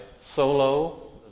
solo